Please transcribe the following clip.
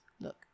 Look